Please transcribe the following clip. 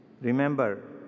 remember